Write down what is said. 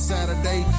Saturday